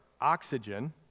oxygen